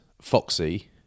Foxy